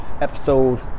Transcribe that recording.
episode